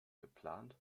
geplant